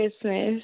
Christmas